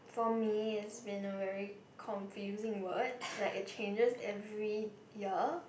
for me has been a very confusing word like it changes every year